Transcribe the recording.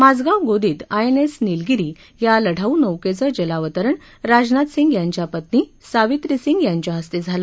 माझगाव गोदीत आयएनएस नीलगिरी या लढाऊ नौक्खि जलावतरण राजनाथ सिंह यांच्या पत्नी सावित्री सिंह यांच्या हस्तझिलं